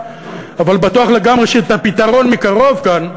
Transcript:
אבל בטוח לגמרי שאת הפתרון מקרוב כאן,